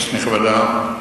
כנסת נכבדה,